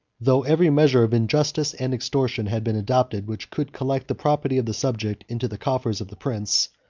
though every measure of injustice and extortion had been adopted, which could collect the property of the subject into the coffers of the prince,